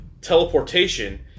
teleportation